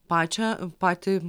pačią patį